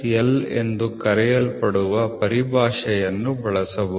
L ಎಂದು ಕರೆಯಲ್ಪಡುವ ಪರಿಭಾಷೆಯನ್ನು ಬಳಸಬಹುದು